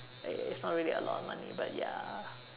it is not really a lot of money but ya